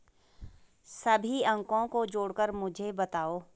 सभी अंकों को जोड़कर मुझे बताओ